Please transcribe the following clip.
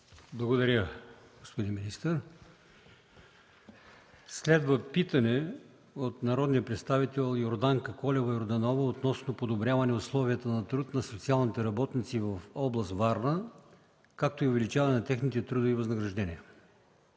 Благодаря, господин министър. Следва питане от народния представител Йорданка Колева Йорданова относно подобряване условията на труд на социалните работници в област Варна, както и увеличаване на техните трудови възнаграждения.